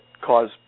cause